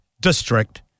district